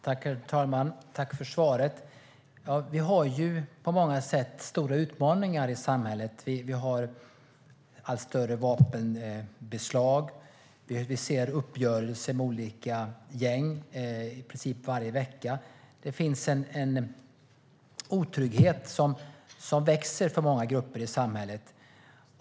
Herr talman! Tack, statsrådet, för svaret! Vi har på många sätt stora utmaningar i samhället. Vi har allt större vapenbeslag. Vi ser uppgörelser mellan olika gäng i princip varje vecka. Det finns en otrygghet som växer för många grupper i samhället.